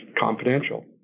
confidential